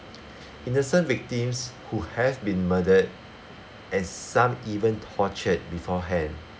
innocent victims who have been murdered and some even tortured beforehand